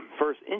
first